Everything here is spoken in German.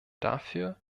dafür